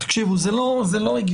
זה לא הגיוני.